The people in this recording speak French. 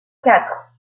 quatre